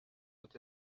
doit